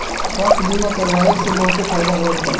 स्वास्थ्य बीमा करवाए से बहुते फायदा रहत बाटे